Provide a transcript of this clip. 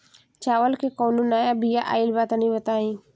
चावल के कउनो नया बिया आइल बा तनि बताइ?